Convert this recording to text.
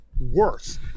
worse